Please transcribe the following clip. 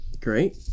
Great